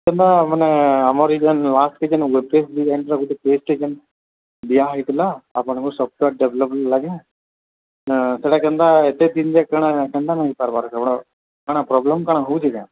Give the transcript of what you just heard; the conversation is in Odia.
କେନ୍ତା ମାନେ ଆମର୍ ଇ ଯେନ୍ ଲାଷ୍ଟ୍କେ ଯେନ୍ ୱେବ୍ ପେଜ୍ ଡିଜାଇନ୍ର ଗୁଟେ ପେଜ୍ଟେ ଯେନ୍ ଦିଆହେଇଥିଲା ଆପଣଙ୍କୁ ସଫ୍ଟୱେର୍ ଡେଭ୍ଲପ୍ ଲାଗି ନା ସେଟା କେନ୍ତା ଏତେ ଦିନ୍ ଯେକ୍ କାଣା କେନ୍ତା ନି ହେଇପାର୍ବାର୍ ଆପଣ୍କର୍ ପ୍ରୋବ୍ଲେମ୍ କାଣା ହଉଛେ କେଁ